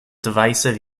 divisive